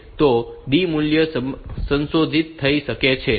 તો D મૂલ્ય સંશોધિત થઈ શકે છે